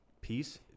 piece